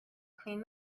clean